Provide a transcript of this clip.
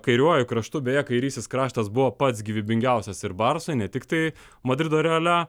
kairiuoju kraštu beje kairysis kraštas buvo pats gyvybingiausias ir barsui ne tiktai madrido reale